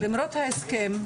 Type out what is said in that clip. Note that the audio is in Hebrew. למרות ההסכם,